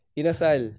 inasal